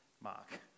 mark